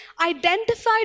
identified